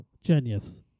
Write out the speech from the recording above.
Genius